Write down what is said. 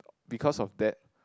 because of that